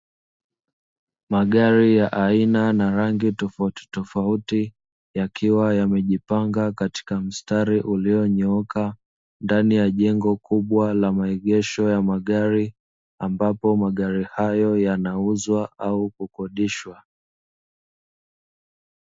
Magari ya aina na rangi tofauti tofauti yakiwa yamejipanga katika mstari ulionyooka ndani ya jengo kubwa la maegesho ya magari ambapo magari hayo yanauzwa au kukodishwa.